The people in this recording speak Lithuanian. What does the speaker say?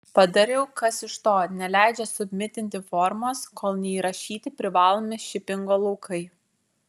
padariau kas iš to neleidžia submitinti formos kol neįrašyti privalomi šipingo laukai